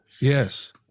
Yes